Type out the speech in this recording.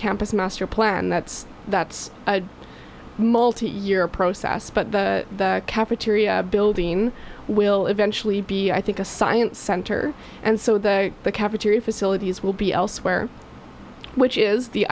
campus master plan that's that's a multi year process but the cafeteria building will eventually be i think a science center and so the cafeteria facilities will be elsewhere which is the